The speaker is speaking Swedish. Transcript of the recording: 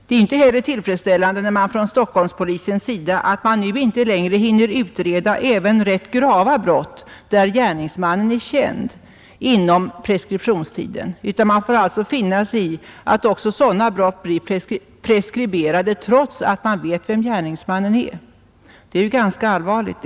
Det är heller inte tillfredsställande att Stockholmspolisen nu inte längre inom preskriptionstiden hinner utreda ens rätt grava brott där gärningsmannen är känd. Man får finna sig i att t.o.m. sådana brott blir preskriberade, trots att man vet vem gärningsmannen är. Detta är allvarligt.